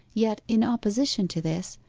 yet in opposition to this,